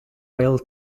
rail